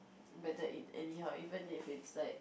but then in anyhow even if it's like